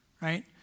right